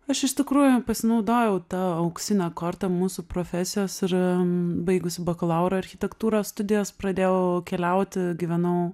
aš iš tikrųjų pasinaudojau ta auksine korta mūsų profesijos ir baigusi bakalaurą architektūros studijas pradėjau keliauti gyvenau